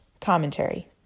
commentary